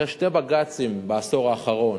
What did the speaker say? אחרי שני בג"צים בעשור האחרון,